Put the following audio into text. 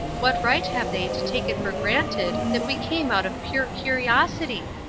what right have they to take it for granted that we came out of pure curiosity?